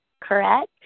correct